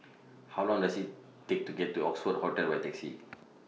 How Long Does IT Take to get to Oxford Hotel By Taxi